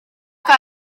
que